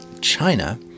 China